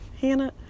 Hannah